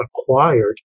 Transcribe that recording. acquired